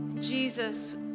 Jesus